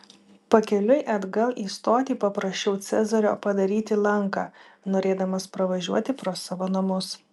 pakeliui atgal į stotį paprašiau cezario padaryti lanką norėdamas pravažiuoti pro savo namus